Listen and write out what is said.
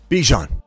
Bijan